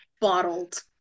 bottled